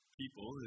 people